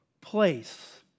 place